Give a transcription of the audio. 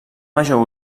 major